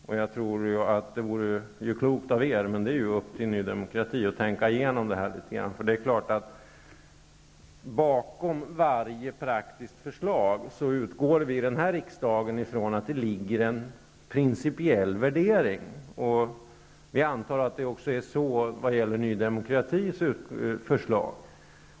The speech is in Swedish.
Det är förstås upp till Ny demokrati att litet grand tänka igenom detta. I den här riksdagen utgår vi nämligen från att det bakom varje praktiskt förslag ligger en principiell värdering, och vi antar att det också är fallet vad gäller Ny demokratis förslag.